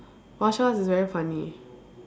martial arts is very funny